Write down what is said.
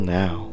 now